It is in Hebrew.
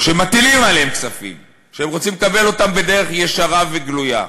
או שמטילים עליהם כספים שהם רוצים לקבל אותם בדרך ישרה וגלויה,